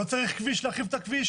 לא צריך להרחיב את הכביש,